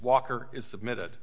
walker is submitted